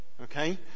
okay